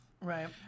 Right